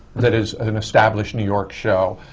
that is an established new york show.